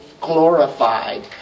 glorified